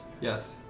Yes